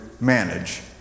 manage